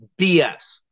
BS